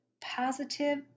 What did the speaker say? positive